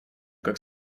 как